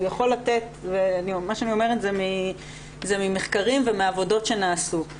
מה שאני אומרת זה ממחקרים ומעבודות שנעשו.